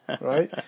right